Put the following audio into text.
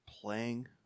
playing